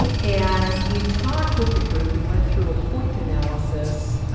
and we talked with the group. we went through a point analysis,